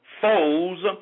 foes